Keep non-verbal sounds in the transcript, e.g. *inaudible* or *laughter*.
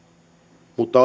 mutta *unintelligible*